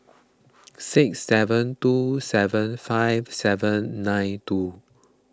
six seven two seven five seven nine two